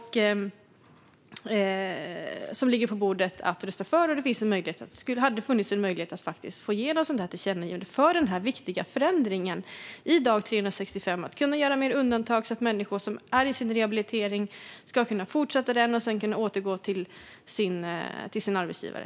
Det ligger på bordet att rösta för. Det hade funnits en möjlighet att få igenom ett tillkännagivande om den viktiga förändringen för dag 365 att kunna göra mer undantag så att människor som är i sin rehabilitering ska kunna fortsätta den och sedan återgå till sin arbetsgivare.